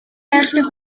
хайрладаг